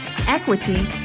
equity